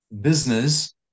business